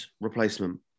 replacement